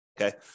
okay